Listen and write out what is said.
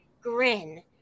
grin